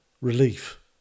relief